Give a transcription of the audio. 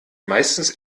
meistens